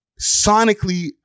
Sonically